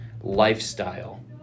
lifestyle